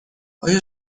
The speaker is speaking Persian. آیا